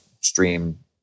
stream